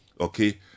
okay